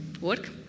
work